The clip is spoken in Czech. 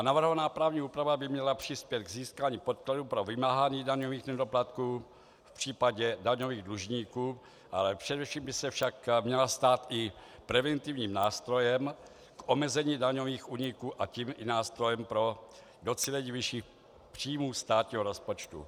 Navrhovaná právní úprava by měla přispět k získání podpory pro vymáhání daňových nedoplatků v případě daňových dlužníků, ale především by se však měla stát i preventivním nástrojem k omezení daňových úniků, a tím i nástrojem pro docílení vyšších příjmů státního rozpočtu.